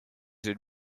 would